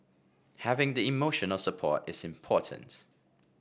having the emotional support is important